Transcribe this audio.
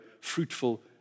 fruitful